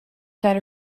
zijn